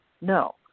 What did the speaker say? no